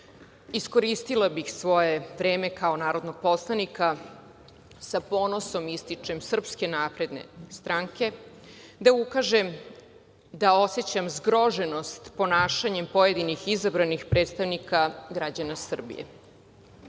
iskoristila svoje vreme kao narodnog poslanika, sa ponosom ističem, SNS, da ukažem da osećam zgroženost ponašanjem pojedinih izabranih predstavnika građana Srbije.19/3